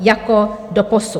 Jako doposud.